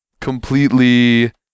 Completely